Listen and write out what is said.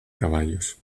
caballos